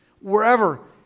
wherever